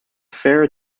fare